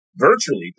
virtually